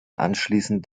anschließend